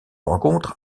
rencontre